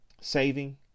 saving